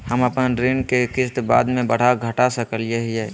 हम अपन ऋण के किस्त बाद में बढ़ा घटा सकई हियइ?